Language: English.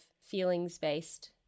feelings-based